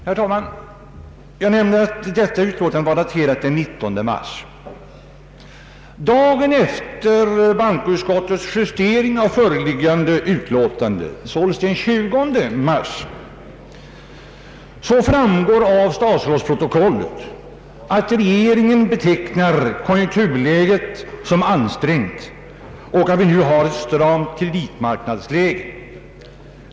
Jag nämnde, herr talman, att detta bankoutskottets utlåtande var daterat den 19 mars. Dagen efter bankoutskottets justering av föreliggande utlåtande, den 20 mars — kan man läsa i statsrådsprotokollet — betecknar regeringen konjunkturläget som ansträngt, så att vi nu har ett stramt kreditmarknadsläge.